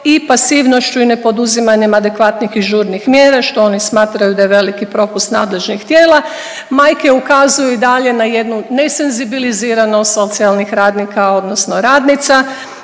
i pasivnošću i nepoduzimanjem adekvatnih i žurnih mjera što oni smatraju da je veliki propust nadležnih tijela. Majke ukazuju i dalje na jednu nesenzibiliziranost socijalnih radnika odnosno radnica,